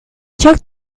check